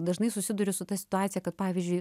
dažnai susiduriu su ta situacija kad pavyzdžiui